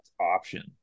option